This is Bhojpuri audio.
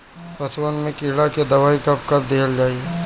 पशुअन मैं कीड़ा के दवाई कब कब दिहल जाई?